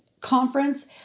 conference